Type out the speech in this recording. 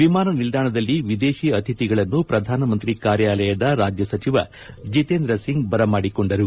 ವಿಮಾನ ನಿಲ್ದಾಣದಲ್ಲಿ ವಿದೇಶಿ ಅತಿಥಿಗಳನ್ನು ಪ್ರಧಾನಮಂತ್ರಿ ಕಾರ್ಯಾಲಯದ ರಾಜ್ಯ ಸಚಿವ ಜಿತೇಂದ್ರ ಸಿಂಗ್ ಬರಮಾಡಿಕೊಂಡರು